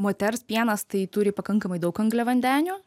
moters pienas tai turi pakankamai daug angliavandenių